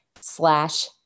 slash